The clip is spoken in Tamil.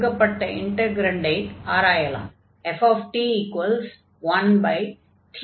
கொடுக்கப்பட்ட இன்டக்ரன்டை ஆராயலாம்